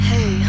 Hey